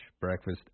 breakfast